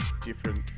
different